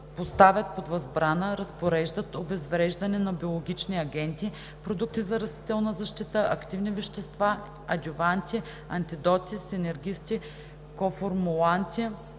поставят под възбрана, разпореждат обезвреждане на биологични агенти, продукти за растителна защита, активни вещества, адюванти, антидоти, синергисти, коформуланти,